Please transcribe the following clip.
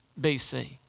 BC